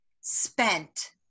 spent